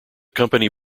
company